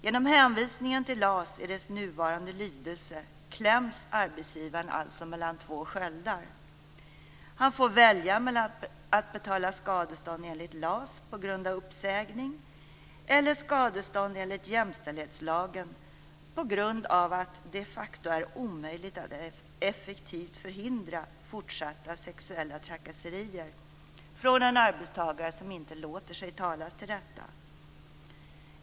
Genom hänvisningen till LAS i dess nuvarande lydelse kläms arbetsgivaren alltså mellan två sköldar: han får välja mellan att betala skadestånd enligt LAS på grund av uppsägning eller skadestånd enligt jämställdhetslagen på grund av att det de facto är omöjligt att effektivt förhindra fortsatta sexuella trakasserier från en arbetstagare som inte låter sig talas till rätta.